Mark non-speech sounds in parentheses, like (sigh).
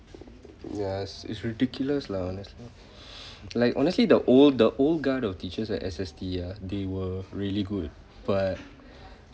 yes it's ridiculous lah honestly (breath) like honestly the old the old guard of teachers at S_S_T ah they were really good but